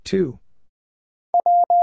Two